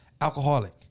alcoholic